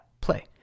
play